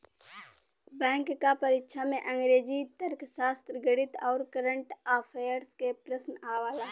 bank क परीक्षा में अंग्रेजी, तर्कशास्त्र, गणित आउर कंरट अफेयर्स के प्रश्न आवला